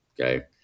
okay